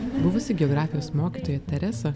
buvusi geografijos mokytoja teresa